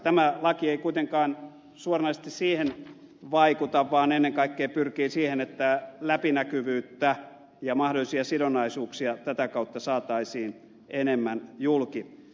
tämä laki ei kuitenkaan suoranaisesti siihen vaikuta vaan ennen kaikkea pyrkii siihen että läpinäkyvyyttä ja mahdollisia sidonnaisuuksia tätä kautta saataisiin enemmän julki